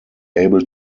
able